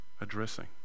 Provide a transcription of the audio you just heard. addressing